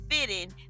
fitting